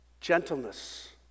gentleness